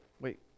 wait